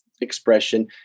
expression